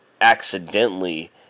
accidentally